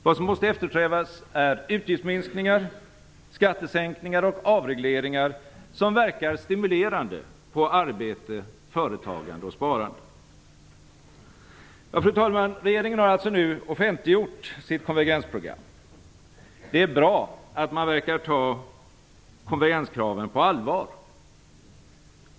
Vad som måste eftersträvas är utgiftsminskningar, skattesänkningar och avregleringar, som verkar stimulerande på arbete, företagande och sparande. Fru talman! Regeringen har nu offentliggjort sitt förslag till konvergensprogram. Det är bra att man verkar ta konvergenskraven på allvar.